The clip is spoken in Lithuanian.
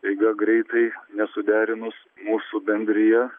staiga greitai nesuderinus mūsų bendrija